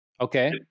Okay